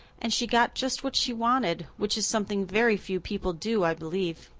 and she got just what she wanted, which is something very few people do, i believe.